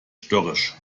störrisch